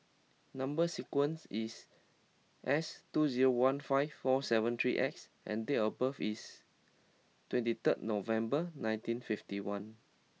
number sequence is S two zero one five four seven three X and date of birth is twenty third November nineteen fifty one